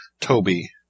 Toby